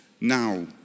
Now